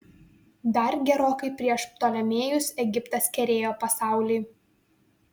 dar gerokai prieš ptolemėjus egiptas kerėjo pasaulį